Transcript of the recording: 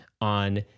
on